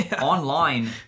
online